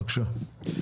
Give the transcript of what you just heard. בבקשה.